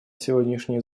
сегодняшнее